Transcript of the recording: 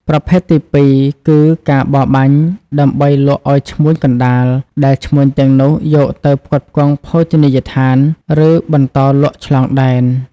ប្រភេទទីពីរគឺ ការបរបាញ់ដើម្បីលក់ឱ្យឈ្មួញកណ្តាល ដែលឈ្មួញទាំងនោះយកទៅផ្គត់ផ្គង់ភោជនីយដ្ឋាន ឬបន្តលក់ឆ្លងដែន។